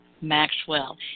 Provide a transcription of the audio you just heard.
Maxwell